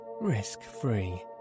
risk-free